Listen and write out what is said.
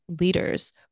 leaders